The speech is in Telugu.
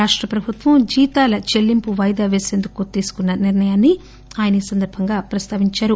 రాష్ట ప్రభుత్వం జీతాల చెల్లింపు వాయిదా పేసేందుకు తీసుకున్న నిర్ణయాన్ని ఈ సందర్భంగా ఆయన ప్రస్తావించారు